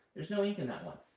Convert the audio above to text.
there's no ink in that one.